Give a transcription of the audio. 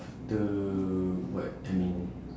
after what I mean